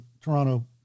Toronto